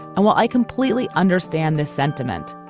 and while i completely understand this sentiment.